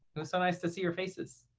it was so nice to see your faces.